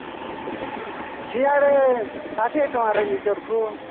ସିଆାରେ ଷାଠିଏ ଟଙ୍କାରେ ଲିଟର୍କୁ